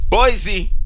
Boise